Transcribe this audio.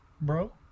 bro